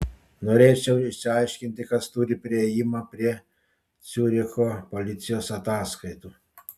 norėčiau išsiaiškinti kas turi priėjimą prie ciuricho policijos ataskaitų